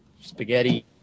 spaghetti